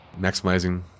maximizing